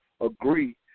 agree